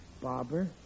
Barber